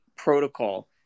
protocol